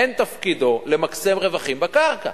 אין תפקידו למקסם רווחים בקרקע.